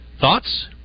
Thoughts